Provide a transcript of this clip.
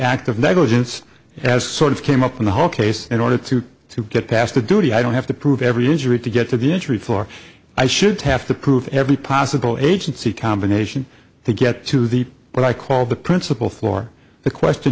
of negligence as sort of came up in the whole case in order to to get past the duty i don't have to prove every injury to get to the injury for i should have to prove every possible agency combination to get to the what i call the principle floor the question